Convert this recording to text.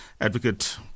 Advocate